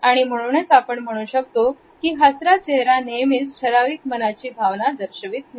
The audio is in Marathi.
आणि म्हणूनच आपण म्हणू शकतो की हसरा चेहरा नेहमीच ठराविक मनाची भावना दर्शवीत नाही